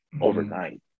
overnight